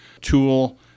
tool